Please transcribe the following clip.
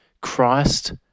Christ